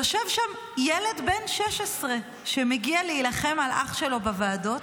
יושב שם ילד בן 16 שמגיע להילחם על אח שלו בוועדות